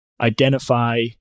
identify